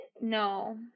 No